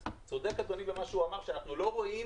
צודק אדוני במה שאמר, שאנחנו לא רואים